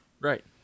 right